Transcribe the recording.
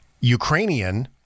Ukrainian